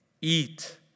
eat